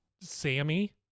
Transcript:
Sammy